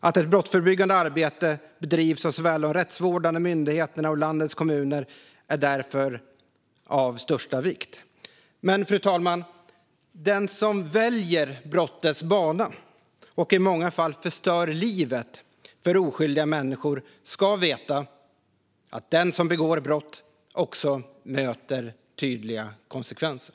Att ett brottsförebyggande arbete bedrivs av såväl de rättsvårdande myndigheterna som landets kommuner är därför av största vikt. Men, fru talman, den som väljer brottets bana och i många fall förstör livet för oskyldiga människor ska veta att den som begår brott möter tydliga konsekvenser.